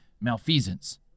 malfeasance